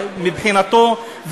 מבחינתו,